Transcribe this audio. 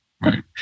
Right